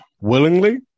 Willingly